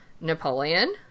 Napoleon